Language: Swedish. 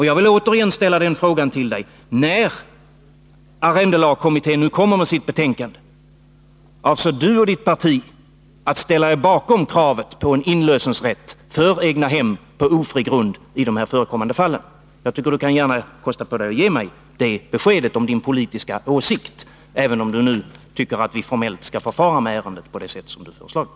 Jag vill återigen ställa frågan: När arrendelagskommittén lägger fram sitt betänkande, kommer då Ingemar Konradsson och hans parti att ställa sig bakom kravet på inlösenrätt för egnahem på ofri grund i de här förekommande fallen? Jag tycker att herr Konradsson kan kosta på sig att ge mig det beskedet om sin politiska åsikt — även om han tycker att vi formellt skall förfara med ärendet på det sätt som han föreslagit.